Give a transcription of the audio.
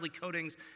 coatings